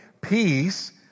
peace